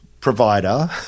provider